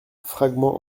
fragment